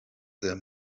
their